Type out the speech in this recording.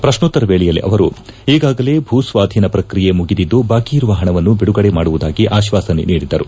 ಪ್ರಕೋತ್ತರ ವೇಳೆಯಲ್ಲಿ ಅವರು ಈಗಾಗಲೇ ಭೂಸ್ವಾಧೀನ ಪ್ರಕ್ರಿಯೆ ಮುಗಿದಿದ್ದು ಬಾಕಿ ಇರುವ ಪಣವನ್ನು ಬಿಡುಗಡೆ ಮಾಡುವುದಾಗಿ ಆಶ್ವಾಸನ ನೀಡಿದರು